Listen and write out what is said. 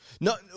No